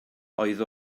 oedd